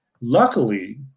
Luckily